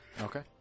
Okay